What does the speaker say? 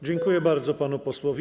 Dziękuję bardzo panu posłowi.